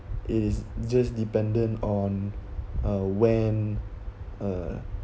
it is just dependent on uh when uh